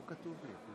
אני לא מפעיל לפני